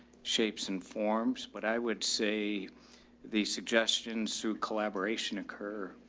shapes and forms. but i would say the suggestion sue collaboration occur,